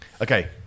okay